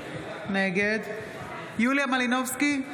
נגד יוליה מלינובסקי,